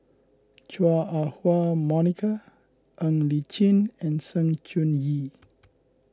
Chua Ah Huwa Monica Ng Li Chin and Sng Choon Yee